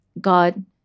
God